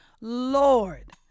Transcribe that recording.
Lord